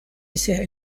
bisher